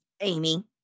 Amy